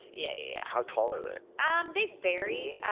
yeah, yeah. how tall are they? um they vary,